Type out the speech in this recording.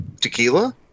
tequila